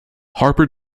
harper